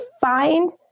find